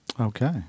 Okay